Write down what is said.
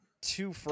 two